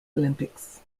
olympics